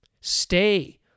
Stay